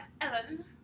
Ellen